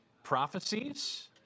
Prophecies